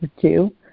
two